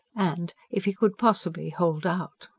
and if he could possibly hold out!